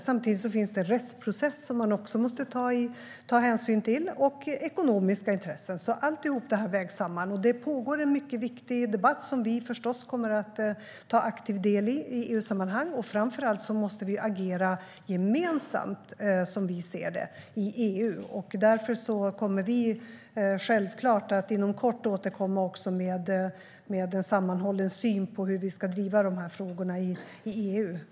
Samtidigt finns det en rättsprocess och ekonomiska intressen som man också måste ta hänsyn till. Allt det vägs samman. Det pågår en mycket viktig debatt i EU-sammanhang som vi förstås kommer att ta aktiv del i. Framför allt måste vi agera gemensamt, som vi ser det, i EU. Därför kommer vi självklart att inom kort återkomma med en sammanhållen syn på hur vi ska driva de frågorna i EU.